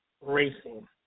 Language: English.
racing